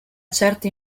certa